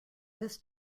this